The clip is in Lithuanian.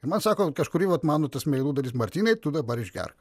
ir man sako kažkuri vat mano ta smegenų dalis martynai tu dabar išgerk